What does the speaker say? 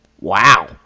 Wow